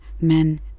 Men